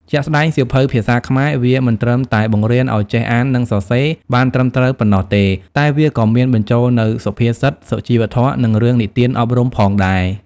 ជាក់ស្តែងសៀវភៅភាសាខ្មែរ វាមិនត្រឹមតែបង្រៀនឱ្យចេះអាននិងសរសេរបានត្រឹមត្រូវប៉ុណ្ណោះទេ តែវាក៏មានបញ្ចូលនូវសុភាសិត សុជីវធម៌ និងរឿងនិទានអប់រំផងដែរ។